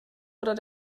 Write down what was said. oder